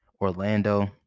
Orlando